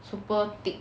super thick